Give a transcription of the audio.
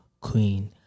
queen